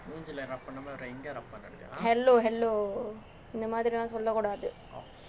hello hello இந்த மாதிரி எல்லாம் சொல்ல கூடாது:intha maathiri ellaaam solla kudaathu